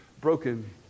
broken